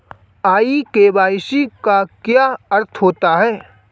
ई KYC का क्या अर्थ होता है?